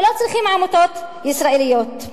ולא צריכים עמותות ישראליות,